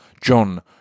John